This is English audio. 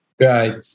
Right